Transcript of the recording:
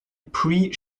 pre